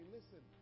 Listen